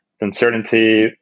uncertainty